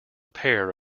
pair